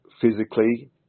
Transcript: physically